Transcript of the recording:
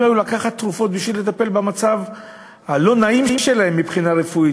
היו לקחת תרופות כדי לטפל במצב הלא-נעים שלהם מבחינה רפואית,